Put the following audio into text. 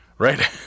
Right